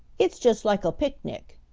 it's just like a picnic,